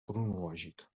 cronològic